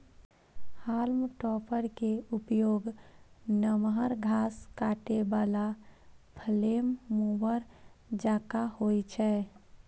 हाल्म topper के उपयोग नमहर घास काटै बला फ्लेम मूवर जकां होइ छै